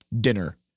dinner